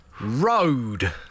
Road